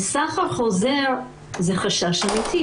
סחר חוזר זה חשש אמיתי.